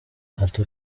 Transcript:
ati